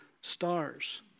stars